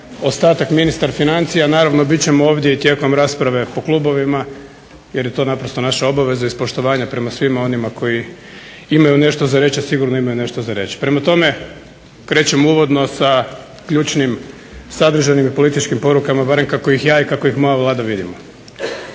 ostatak ministar financija. Naravno bit ćemo ovdje i tijekom rasprave po klubovima jer je to naprosto naša obaveza iz poštovanja prema svima onima koji imaju nešto za reći, a sigurno imaju nešto za reći. Prema tome, krećem uvodno sa ključnim sadržanim i političkim porukama barem kako ih ja i kako ih moja Vlada vidimo.